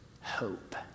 hope